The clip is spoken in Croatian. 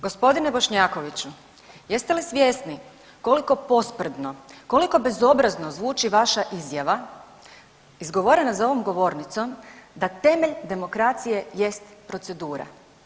Gospodine Bošnjakoviću, jeste li svjesni koliko posprdno, koliko bezobrazno zvuči vaša izjava izgovorena za ovom govornicom da temelj demokracije jest procedura.